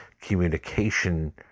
communication